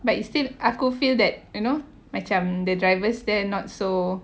but still I could feel that you know macam the drivers they're not so